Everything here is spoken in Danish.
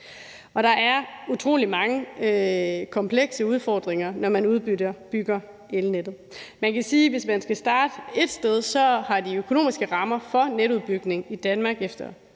Der er utrolig mange komplekse udfordringer, når man udbygger elnettet. Hvis man skal starte et sted, kan man sige, at de økonomiske rammer for netudbygningen i Danmark efter